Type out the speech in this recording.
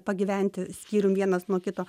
pagyventi skyrium vienas nuo kito